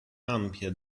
ampia